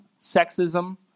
sexism